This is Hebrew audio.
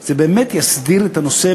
זה באמת יסדיר את הנושא,